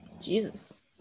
Jesus